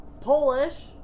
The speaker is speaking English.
Polish